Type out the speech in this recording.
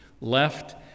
left